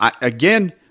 Again